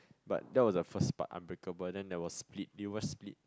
but that was the first part unbreakable then there was split do you watch split